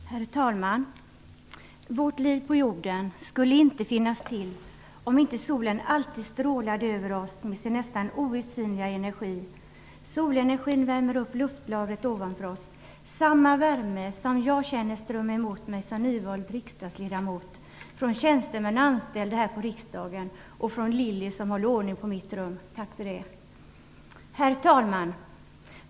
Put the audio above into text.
Herr talman! Vårt liv på jorden skulle inte finnas till om inte solen alltid strålade över oss med sin nästan outsinliga energi. Solenergin värmer upp luftlagret ovanför oss. Det är samma värme som jag känner strömma emot mig som nyvald riksdagsledamot från tjänstemän och anställda här i riksdagen och från Lilly, som håller ordning på mitt rum. Tack för det. Herr talman!